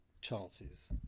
chances